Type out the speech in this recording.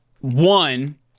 One